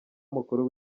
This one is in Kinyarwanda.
mukuru